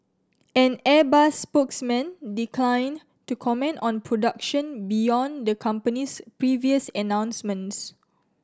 an Airbus spokesman declined to comment on production beyond the company's previous announcements